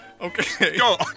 Okay